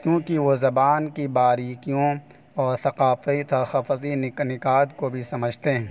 کیونکہ وہ زبان کی باریکیوں اور ثقافتی نکات کو بھی سمجھتے ہیں